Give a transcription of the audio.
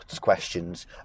questions